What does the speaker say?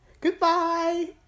goodbye